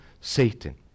Satan